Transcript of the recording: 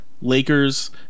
Lakers